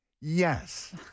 yes